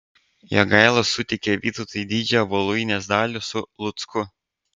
jogaila suteikė vytautui didžiąją voluinės dalį su lucku